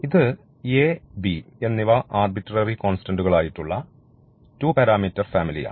ഇത് a b എന്നിവ arbitrary കോൺസ്റ്റന്റുകളായിട്ടുള്ള 2 പാരാമീറ്റർ ഫാമിലിയാണ്